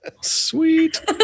Sweet